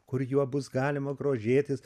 kur juo bus galima grožėtis